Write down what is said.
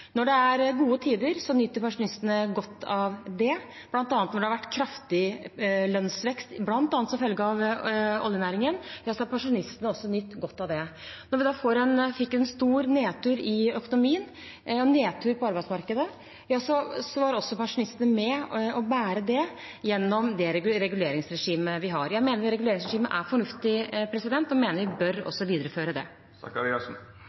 Når det er gode tider, nyter pensjonistene godt av det – bl.a. når det har vært kraftig lønnsvekst, bl.a. som følge av oljenæringen, har pensjonistene også nytt godt av det. Men da vi fikk en stor nedtur i økonomien, en nedtur på arbeidsmarkedet, var også pensjonistene med på å bære det gjennom det reguleringsregimet vi har. Jeg mener reguleringsregimet er fornuftig, og jeg mener også at vi bør